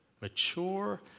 mature